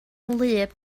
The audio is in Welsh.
wlyb